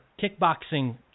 kickboxing